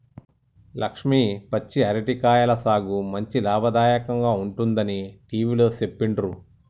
లక్ష్మి పచ్చి అరటి కాయల సాగు మంచి లాభదాయకంగా ఉంటుందని టివిలో సెప్పిండ్రు